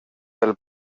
del